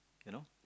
you know